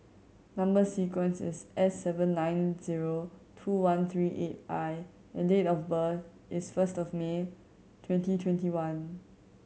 number sequence is S seven nine zero two one three eight I and date of birth is first of May twenty twenty one